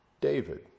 David